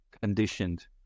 conditioned